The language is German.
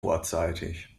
vorzeitig